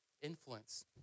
influence